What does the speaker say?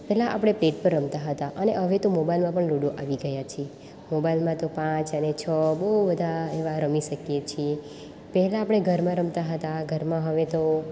પહેલાં આપણે પેજ પર રમતા હતા અને હવે તો મોબાઇલમાં પણ લૂડો આવી ગયા છે મોબાઇલમાં તો પાંચ અને છ બહુ બધા એવા રમી શકીએ છીએ પહેલાં આપણે ઘરમાં રમતા હતા ઘરમાં હવે તો